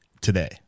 today